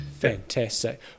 fantastic